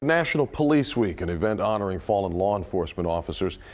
national police week, an event honoring fallen law enforcement officers.